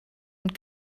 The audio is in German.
und